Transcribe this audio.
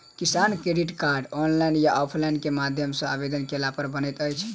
किसान credit card, online या offline केँ विधि सँ आवेदन कैला पर बनैत अछि?